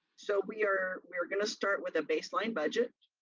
so we are we are gonna start with a baseline budget.